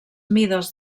mides